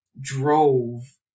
drove